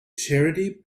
charity